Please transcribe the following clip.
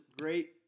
great –